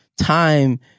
Time